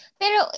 pero